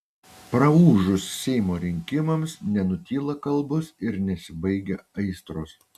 praūžus seimo rinkimams nenutyla kalbos ir nesibaigia aistros